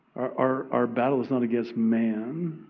our our battle is not against man.